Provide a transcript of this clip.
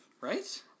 right